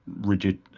rigid